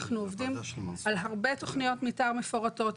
אנחנו עובדים על הרבה תכניות מתאר מפורטות,